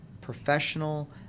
professional